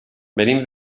venim